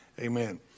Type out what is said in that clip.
amen